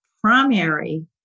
primary